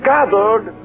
gathered